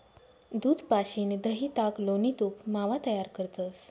दूध पाशीन दही, ताक, लोणी, तूप, मावा तयार करतंस